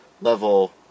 level